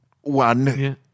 one